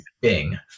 Bing